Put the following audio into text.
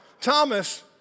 Thomas